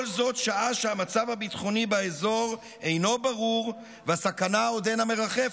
כל זאת שעה שהמצב הביטחוני באזור אינו ברור והסכנה עודנה מרחפת.